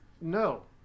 no